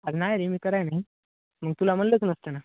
अरे नाही रे मी करायला नाही मग तुला म्हणलच नसतं ना